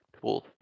tools